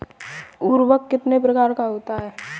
उर्वरक कितने प्रकार का होता है?